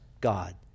God